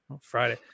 Friday